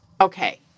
Okay